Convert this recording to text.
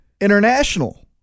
international